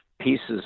pieces